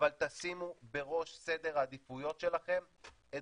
אבל תשימו בראש סדר העדיפויות שלכם את